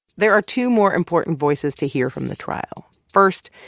there are two more important voices to hear from the trial. first,